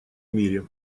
мире